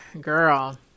girl